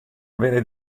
avere